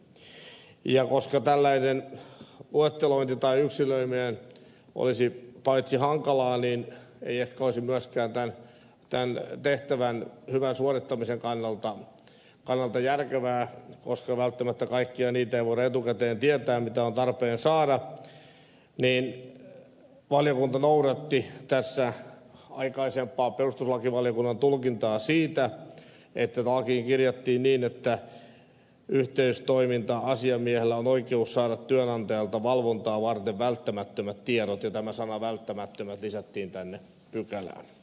koska paitsi että tällainen luettelointi tai yksilöiminen olisi hankalaa se ei ehkä olisi myöskään tämän tehtävän hyvän suorittamisen kannalta järkevää koska välttämättä kaikkia niitä tietoja ei voida etukäteen tietää mitä on tarpeen saada niin valiokunta noudatti tässä aikaisempaa perustuslakivaliokunnan tulkintaa siinä että lakiin kirjattiin niin että yhteistoiminta asiamiehellä on oikeus saada työnantajalta valvontaa varten välttämättömät tiedot ja tämä sana välttämättömät lisättiin tänne pykälään